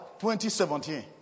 2017